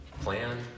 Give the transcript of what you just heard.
plan